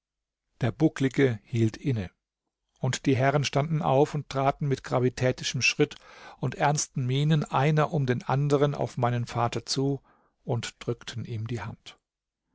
der bucklige hielt inne und die herren standen auf und traten mit gravitätischem schritt und ernsten mienen einer um den anderen auf meinen vater zu und drückten ihm die hand